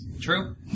True